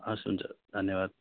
हवस् हुन्छ धन्यवाद